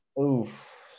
Oof